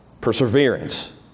perseverance